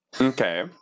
Okay